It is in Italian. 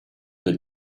del